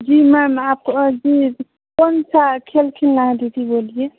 जी ma'am आपको जी कौनसा खेल खेलना है दीदी बोलिए